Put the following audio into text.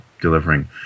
delivering